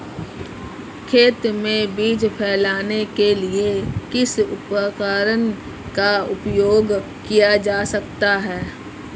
खेत में बीज फैलाने के लिए किस उपकरण का उपयोग किया जा सकता है?